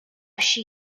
she